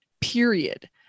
period